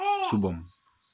शुभम्